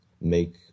make